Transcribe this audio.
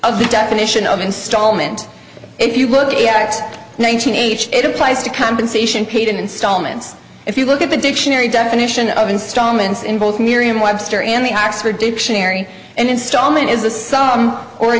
of the definition of installment if you look at the act nine hundred eighty it applies to compensation paid in installments if you look at the dictionary definition of installments in both miriam webster and the oxford dictionary and installment is a song or a